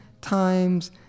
times